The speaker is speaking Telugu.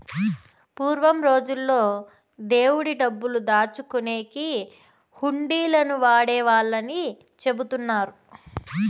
పూర్వం రోజుల్లో దేవుడి డబ్బులు దాచుకునేకి హుండీలను వాడేవాళ్ళని చెబుతున్నారు